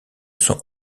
sont